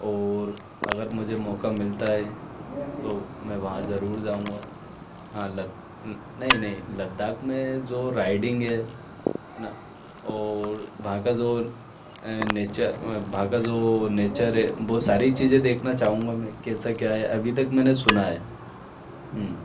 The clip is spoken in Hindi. और अगर मुझे मौक़ा मिलता है तो मैं वहाँ ज़रूर जाऊँगा हाँ लद्द नहीं नहीं लद्दाख़ में जो राइडिंग है है ना और वहाँ का जो नेचर वहाँ का जो नेचर है वो सारी चीज़ें देखना चाहूँगा मैं कैसा क्या है अभी तक मैंने सुना है